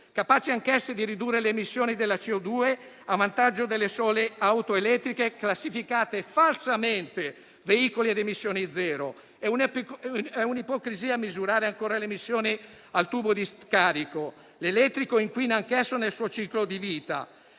capaci anch'esse di ridurre le emissioni della CO2, a vantaggio delle sole auto elettriche classificate falsamente come veicoli a emissioni zero. È un'ipocrisia misurare ancora le emissioni al tubo di scarico: l'elettrico inquina anch'esso nel suo ciclo di vita.